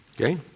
Okay